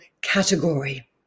category